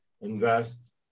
invest